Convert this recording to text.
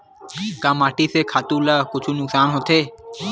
का माटी से खातु ला कुछु नुकसान होथे?